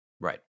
Right